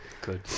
Good